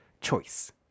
choice